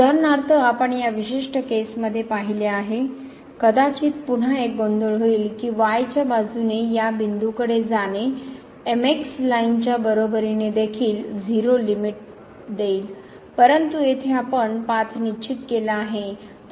उदाहरणार्थ आपण या विशिष्ट केस मध्ये पाहिले आहे कदाचित पुन्हा एक गोंधळ होईल की y च्या बाजूने या बिंदूकडे जाणे लाइनच्या बरोबरीने देखील 0 लिमिट देईल परंतु येथे आपण पाथ निश्चित केला आहे